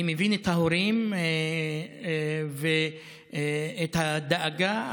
אני מבין את ההורים ואת הדאגה.